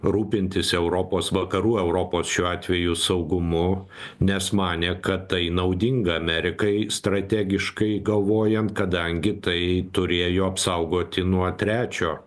rūpintis europos vakarų europos šiuo atveju saugumu nes manė kad tai naudinga amerikai strategiškai galvojan kadangi tai turėjo apsaugoti nuo trečio